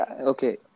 okay